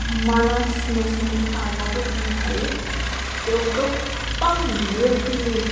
मानास national park आवबो थांनो हायो बेयाव गोबां रोखोमनि